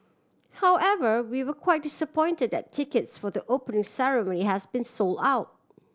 however we were quite disappointed that tickets for the open ceremony has been sold out